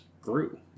grew